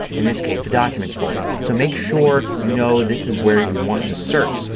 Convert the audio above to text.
in this case the documents folder. so make sure you know this is where you want to search.